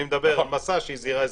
אני מדבר על 'מסע' שהיא זירה אזרחית.